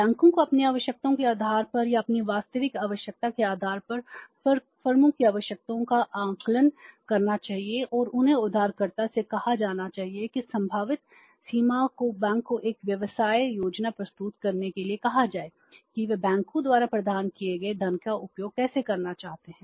बैंकों को अपनी आवश्यकताओं के आधार पर या अपनी वास्तविक आवश्यकता के आधार पर फर्मों की आवश्यकताओं का आकलन करना चाहिए और उन्हें उधारकर्ता से कहा जाना चाहिए कि संभावित सीमा को बैंक को एक व्यवसाय योजना प्रस्तुत करने के लिए कहा जाए कि वे बैंकों द्वारा प्रदान किए गए धन का उपयोग कैसे करना चाहते हैं